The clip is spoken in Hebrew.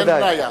ודאי.